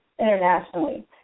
internationally